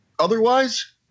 Otherwise